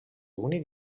únic